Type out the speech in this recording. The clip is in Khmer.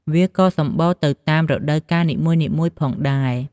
វាក៏សម្បូរទៅតាមរដូវកាលនីមួយៗផងដែរ។